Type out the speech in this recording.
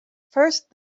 first